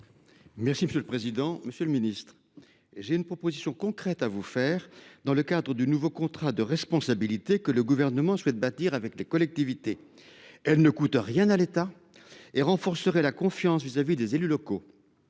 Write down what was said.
de la décentralisation. Monsieur le ministre, j’ai une proposition concrète à vous faire dans le cadre du nouveau contrat de responsabilité que le Gouvernement souhaite bâtir avec les collectivités. Sans rien coûter à l’État, elle renforcerait la confiance vis à vis des élus locaux